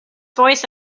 voice